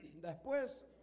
Después